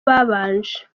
babanje